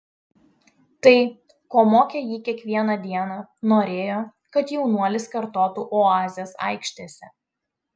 tai ko mokė jį kiekvieną dieną norėjo kad jaunuolis kartotų oazės aikštėse